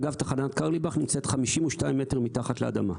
אגב, תחנת קרליבך נמצאת 52 מטר מתחת לאדמה.